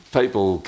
people